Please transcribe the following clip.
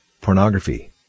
pornography